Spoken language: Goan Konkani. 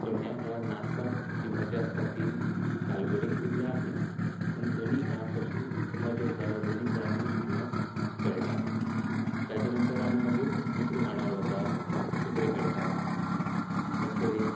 तोणयां खेळाक नाचपाक जी मजा आसता ती तालगडींत तितली आसना पूण दोनी खेळांत तशी मजा येता हे दोनी खेळ आमी शिगम्याक खेळटाक ताजे नंतर मागीर आमी दुसरे मांडार वतात दुसरे कडेन खेळटात अशें तरेन